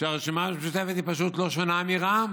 שהרשימה המשותפת היא פשוט לא שונה מרע"מ: